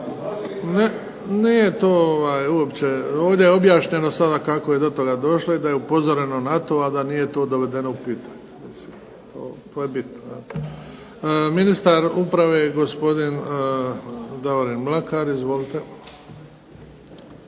Luka (HDZ)** Ovdje je objašnjeno sada kako je do toga došlo i da je upozoreno na to, a da nije to dovedeno u pitanje. To je bitno. Ministar uprave gospodin Davorin Mlakar. Izvolite.